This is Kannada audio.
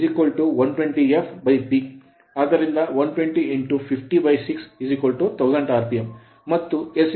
04 ಮತ್ತು ns ನಮಗೆ ತಿಳಿದಿದೆ120fP ಆದ್ದರಿಂದ 120 506 1000 rpm